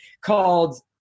called